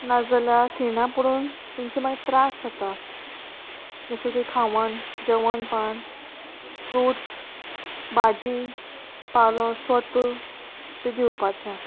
नाजाल्या खिणा पडून तेंची मागीर त्रास जाता जशें की खावण जेवणपण फ्रुट्स भाजी पालो स्वत बी दिवपाचें